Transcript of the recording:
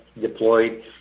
deployed